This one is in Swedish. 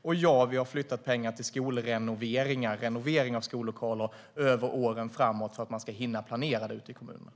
Och ja, vi har flyttat pengar till renovering av skollokaler under åren framöver för att man ska hinna planera det ute i kommunerna.